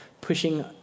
pushing